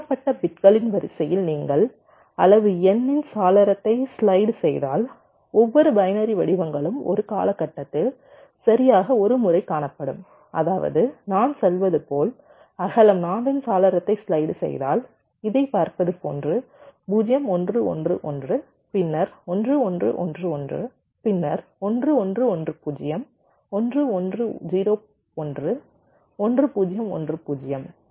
உருவாக்கப்பட்ட பிட்களின் வரிசையில் நீங்கள் அளவு n இன் சாளரத்தை ஸ்லைடு செய்தால் ஒவ்வொரு பைனரி வடிவங்களும் ஒரு காலகட்டத்தில் சரியாக ஒரு முறை காணப்படும் அதாவது நான் சொல்வது போல் அகலம் 4 இன் சாளரத்தை ஸ்லைடு செய்தால் இதைப் பார்ப்பது போன்றது 0 1 1 1 பின்னர் 1 1 1 1 பின்னர் 1 1 1 0 1 1 0 1 1 0 1 0